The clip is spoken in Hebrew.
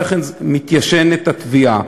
ואחרי כן מתיישנת התביעה,